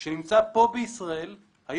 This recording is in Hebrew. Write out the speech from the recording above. אנחנו מנהלים מערכות אשראי.